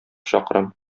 чакрым